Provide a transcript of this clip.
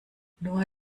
nur